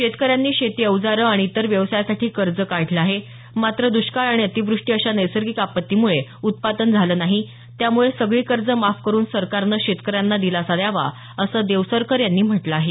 शेतकऱ्यांनी शेती औजारं आणि इतर व्यवसायासाठी कर्ज काढलं आहे मात्र दुष्काळ आणि अतिवृष्टी अशा नैसर्गिक आपत्तीमुळे उत्पादन झालं नाही त्यामुळे सगळी कर्ज माफ करुन सरकारनं शेतकऱ्यांना दिलासा द्यावा असं देवसरकर यांनी म्हटलं आहे